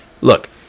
Look